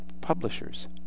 publishers